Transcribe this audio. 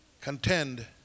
contend